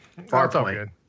Farpoint